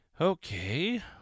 Okay